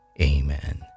Amen